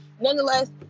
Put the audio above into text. Nonetheless